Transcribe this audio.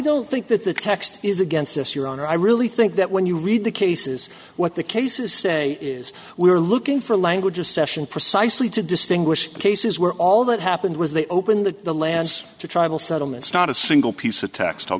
don't think that the text is against us your honor i really think that when you read the cases what the cases say is we're looking for language of session precisely to distinguish cases where all that happened was they open the lands to tribal settlements not a single piece of text